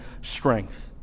strength